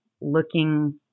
looking